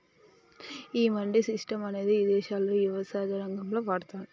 ఈ మండీ సిస్టం అనేది ఇదేశాల్లో యవసాయ రంగంలో వాడతాన్రు